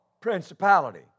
Principality